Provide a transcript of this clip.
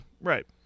Right